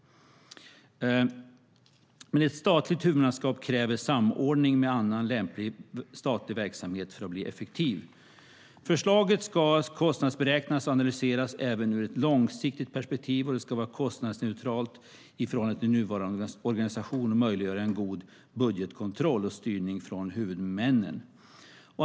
Ett statligt huvudmannaskap kräver samordning med annan lämplig statlig verksamhet för att bli effektiv. Förslaget ska kostnadsberäknas och analyseras även ur ett långsiktigt perspektiv, och det ska vara kostnadsneutralt i förhållande till nuvarande organisation och möjliggöra en god budgetkontroll och styrning från huvudmännen.